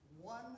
One